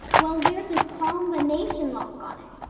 well there's a combination lock on it.